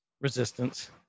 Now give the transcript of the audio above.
resistance